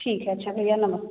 ठीक है अच्छा भैया नमस्ते